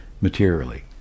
materially